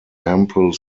ample